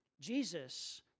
Jesus